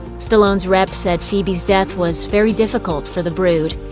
stallone's rep said phoebe's death was very difficult for the brood.